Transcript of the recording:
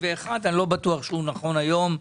ואני לא בטוח שהוא נכון היום.